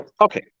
okay